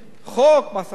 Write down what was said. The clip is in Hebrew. חוק מס הכנסה.